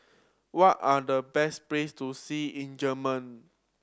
what are the best place to see in Germany